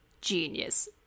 genius